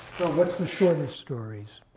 what's the shortest stories?